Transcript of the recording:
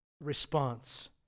response